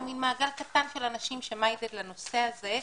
מין מעגל קטן של אנשים שמחויבים לנושא הזה,